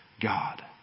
God